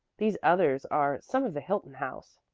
these others are some of the hilton house,